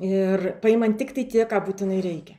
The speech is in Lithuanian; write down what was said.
ir paimant tiktai tiek ką būtinai reikia